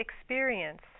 experience